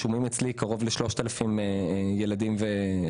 קרוב ל-3,000 ילדים וילדות.